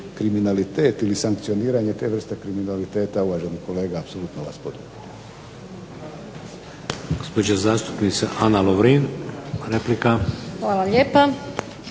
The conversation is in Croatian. kriminalitet ili sankcioniranje te vrste kriminaliteta uvaženi kolega apsolutno vas podupirem.